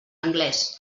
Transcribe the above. anglès